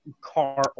car